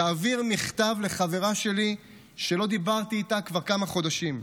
תעביר מכתב לחברה שלי’ שלא דיברתי איתה כבר כמה חודשים.